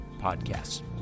podcasts